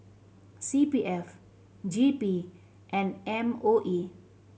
C P F J P and M O E